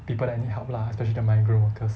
people that need help lah especially the migrant workers